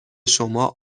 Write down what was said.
شما